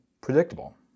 predictable